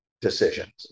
decisions